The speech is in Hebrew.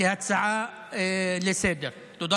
כהצעה לסדר-היום.